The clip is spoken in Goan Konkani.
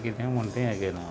किदें म्हण तें हें केलां